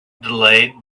delayed